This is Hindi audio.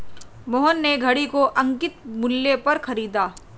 मोहन ने घड़ी को अंकित मूल्य पर खरीदा